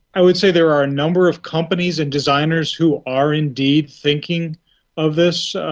i would say there are a number of companies and designers who are indeed thinking of this.